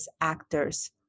actors